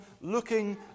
looking